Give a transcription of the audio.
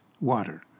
water